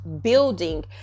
building